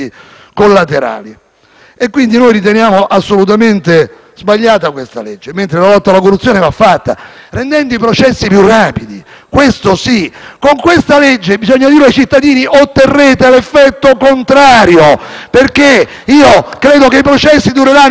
Quindi noi riteniamo assolutamente sbagliato questo provvedimento. La lotta alla corruzione va fatta invece rendendo i processi più rapidi, questo sì. Con questo provvedimento - bisogna dirlo ai cittadini - otterrete l'effetto contrario, perché credo che i processi dureranno ancora più a lungo.